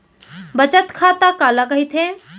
बचत खाता काला कहिथे?